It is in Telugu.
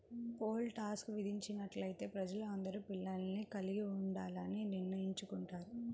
పోల్ టాక్స్ విధించినట్లయితే ప్రజలందరూ పిల్లల్ని కలిగి ఉండాలని నిర్ణయించుకుంటారు